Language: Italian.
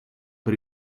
per